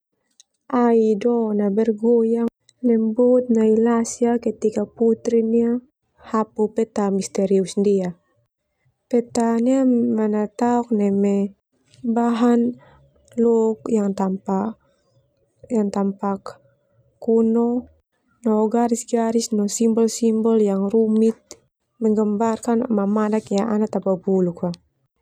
Ai don na bergoyang lembut nai lasi ah ketika putri nia hapu kertas misterius dia, peta nia mana taok neme bahan lok yang tampak- yang tampak kuno kuno, no garis-garis no simbol-simbol yang rumit, menggambarkan mamanak yang ana ta babuluk fah.